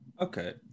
Okay